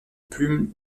plume